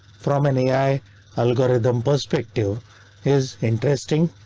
from an ai algorithm perspective is interesting,